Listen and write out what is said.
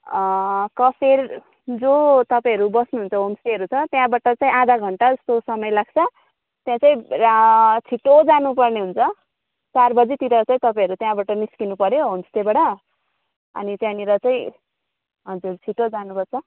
कफेर जो तपाईँहरू बस्नुहुन्छ होमस्टेहरू छ त्यहाँबाट चाहिँ आधा घन्टा जस्तो समय लाग्छ त्यहाँ चाहिँ रा छिटो जानु पर्ने हुन्छ चार बजीतिर चै तपाईँहरू त्यहाँबाट निस्कनु पर्यो होमस्टेबाट अनि त्यहाँनिर चाहिँ हजुर छिटो जानुपर्छ